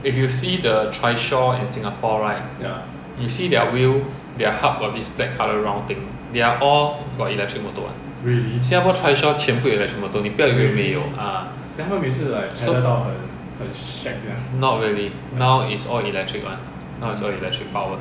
if you will see the trishaw in singapore right you see their wheel their hub got this black colour round thing they're all got electric motor [one] 新加坡 trishaw 全部有 electric motor 你不要以为没有啊 not really now is all electric [one] now it's all electric power